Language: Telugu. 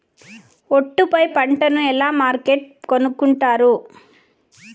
ఒట్టు పై పంటను ఎలా మార్కెట్ కొనుక్కొంటారు?